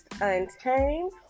untamed